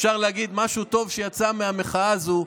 אפשר להגיד שמשהו טוב יצא מהמחאה הזו,